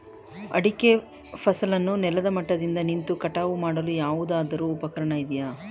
ಅಡಿಕೆ ಫಸಲನ್ನು ನೆಲದ ಮಟ್ಟದಿಂದ ನಿಂತು ಕಟಾವು ಮಾಡಲು ಯಾವುದಾದರು ಉಪಕರಣ ಇದೆಯಾ?